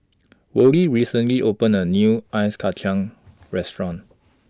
Worley recently opened A New Ice Kacang Restaurant